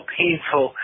painful